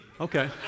Okay